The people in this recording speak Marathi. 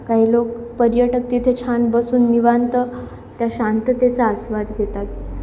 काही लोक पर्यटक तिथे छान बसून निवांत त्या शांततेचा आस्वाद घेतात